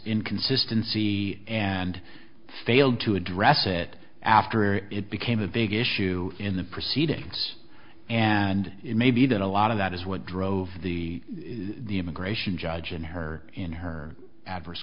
inconsistency and failed to address it after it became a big issue in the proceedings and it may be that a lot of that is what drove the immigration judge in her in her adverse